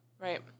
right